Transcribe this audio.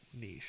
niche